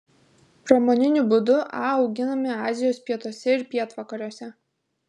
pramoniniu būdu a auginami azijos pietuose ir pietvakariuose